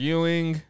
Ewing